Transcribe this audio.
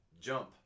jump